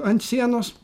ant sienos